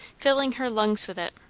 filling her lungs with it.